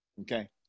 okay